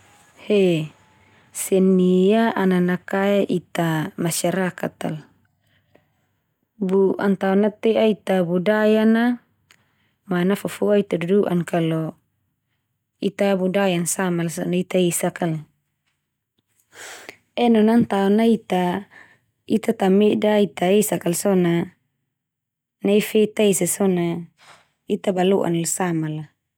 He, seni ia ana nakae ita masyarakat al. Bu an tao natea ita budaya a ma nafofoa ita duduan na. Kalau ita budayan samala so na ita esak kal. Enon an tao na ita, ita tameda ita esak kal so na nai feta esa so na, ita balo'an nal sama la.